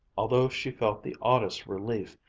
although she felt the oddest relief,